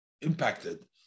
impacted